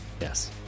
yes